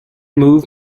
move